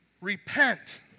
Repent